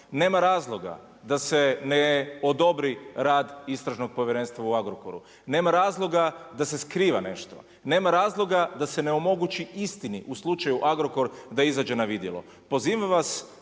Nema razloga da se ne odobri rad istražnog povjerenstva o Agrokoru. Nema razloga da se skriva nešto. Nema razloga da se ne omogući istini u slučaju Agrokor da izađe na vidjelo. Pozivam vas